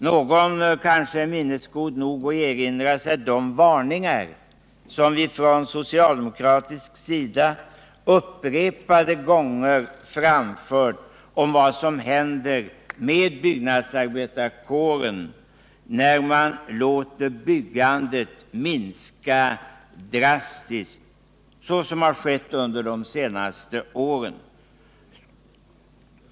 Någon kanske är minnesgod nog att erinra sig de varningar som vi från socialdemokratisk sida upprepade gånger framfört om vad som händer med byggnadsyrkeskåren när man låter byggandet minska drastiskt — så som har skett under de senaste åren.